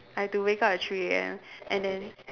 I had to wake up at three A_M and then